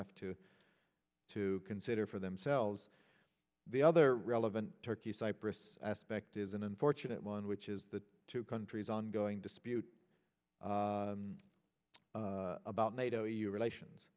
have to to consider for themselves the other relevant turkey cyprus aspect is an unfortunate one which is the two countries ongoing dispute about nato e u relations